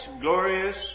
glorious